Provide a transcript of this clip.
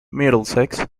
middlesex